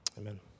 Amen